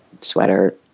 sweater